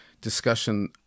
discussion